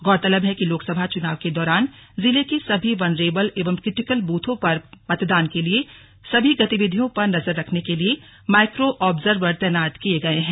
गौरतलब है कि लोक सभा चुनाव के दौरान जिले के सभी वनरेवल एवं क्रिटिकल बूथों पर मतदान के दिन सभी गतिविधियों पर नजर रखने के लिए माइक्रो आब्जर्वर तैनात किए गए है